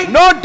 no